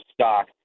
stock